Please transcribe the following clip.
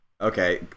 Okay